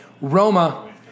Roma